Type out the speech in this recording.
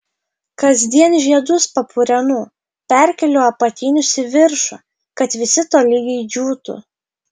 kasdien žiedus papurenu perkeliu apatinius į viršų kad visi tolygiai džiūtų